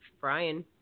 Brian